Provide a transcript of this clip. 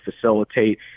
facilitate